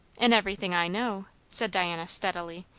in everything i know, said diana steadily,